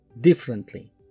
differently